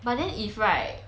but then if right